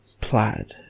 plaid